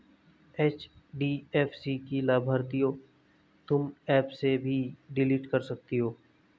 HDFC की लाभार्थियों तुम एप से भी डिलीट कर सकते हो